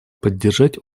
поддержать